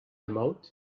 emaout